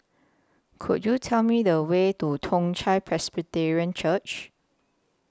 Could YOU Tell Me The Way to Toong Chai Presbyterian Church